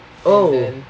oh